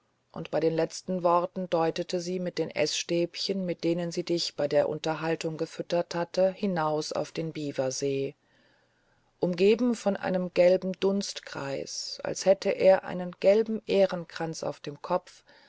und bei den letzten worten deutete sie mit den eßstäbchen mit denen sie dich bei der unterhaltung gefüttert hatte hinaus auf den biwasee umgeben von einem gelben dunstkreis als hätte er einen gelben ährenkranz auf dem kopf